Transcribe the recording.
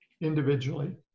individually